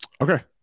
Okay